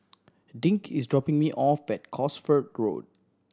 Dink is dropping me off at Cosford Road